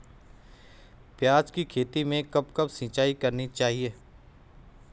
प्याज़ की खेती में कब कब सिंचाई करनी चाहिये?